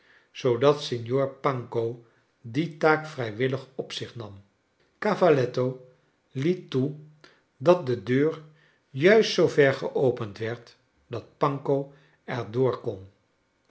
zoodat signor panco die taak vrijwillig op zicli nam cavalletto het tee dat de deur juist zoo ver geopend werd dat panco er door kon